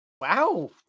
Wow